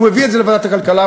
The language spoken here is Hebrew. הוא מביא את זה לוועדת הכלכלה,